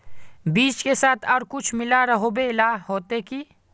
बीज के साथ आर कुछ मिला रोहबे ला होते की?